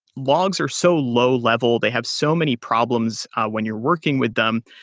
logs are so low-level. they have so many problems when you're working with them.